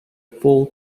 full